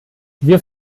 wir